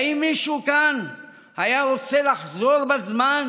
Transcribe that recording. האם מישהו כאן היה רוצה לחזור בזמן